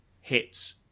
hits